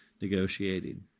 negotiating